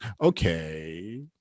okay